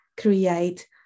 create